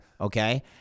okay